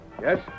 Yes